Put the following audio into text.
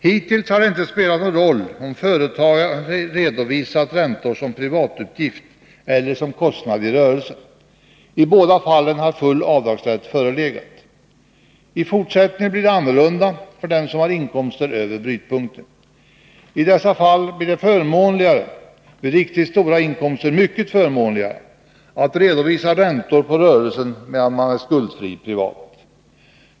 Hittills har det inte spelat någon roll om företagare har redovisat räntor som privatutgift eller som kostnad i rörelsen. I båda fallen har full avdragsrätt förelegat. I fortsättningen blir det annorlunda för dem som har inkomster över brytpunkten. I dessa fall blir det förmånligare — vid riktigt stora inkomster mycket förmånligare — att redovisa räntor på rörelsen medan man är skuldfri privat.